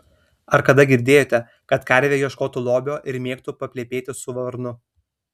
ar kada girdėjote kad karvė ieškotų lobio ir mėgtų paplepėti su varnu